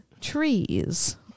Trees